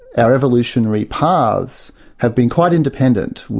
our evolutionary paths have been quite independent.